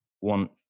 want